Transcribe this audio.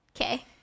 Okay